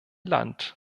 land